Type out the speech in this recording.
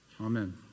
amen